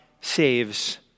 saves